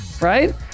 Right